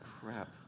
Crap